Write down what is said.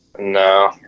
No